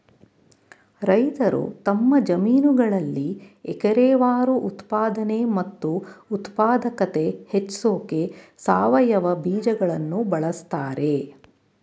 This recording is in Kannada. ರೈತರು ತಮ್ಮ ಜಮೀನುಗಳಲ್ಲಿ ಎಕರೆವಾರು ಉತ್ಪಾದನೆ ಮತ್ತು ಉತ್ಪಾದಕತೆ ಹೆಚ್ಸೋಕೆ ಸಾವಯವ ಬೀಜಗಳನ್ನು ಬಳಸ್ತಾರೆ